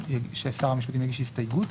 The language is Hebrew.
ששר המשפטים יגיש הסתייגות?